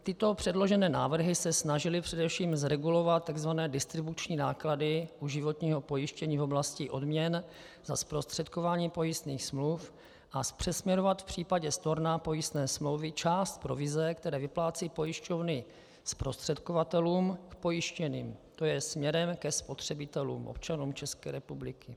Tyto předložené návrhy se snažily především zregulovat tzv. distribuční náklady u životního pojištění v oblasti odměn za zprostředkování pojistných smluv a přesměrovat v případě storna pojistné smlouvy část provize, které vyplácejí pojišťovny zprostředkovatelům, pojištěným, tj. směrem ke spotřebitelům, občanům České republiky.